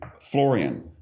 Florian